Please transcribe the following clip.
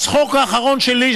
הצחוק האחרון שלי,